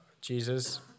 Jesus